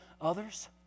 others